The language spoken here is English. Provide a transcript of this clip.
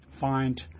find